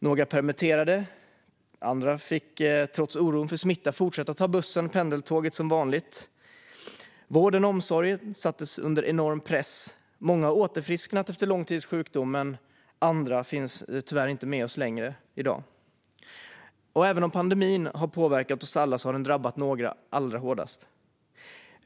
Några permitterades, andra fick trots oron för smitta fortsätta att ta bussen eller pendeltåget som vanligt. Vården och omsorgen sattes under enorm press. Många har åter tillfrisknat efter lång tids sjukdom, medan andra tyvärr inte finns med oss längre. Även om pandemin har påverkat oss alla har den drabbat några hårdare än andra.